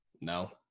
No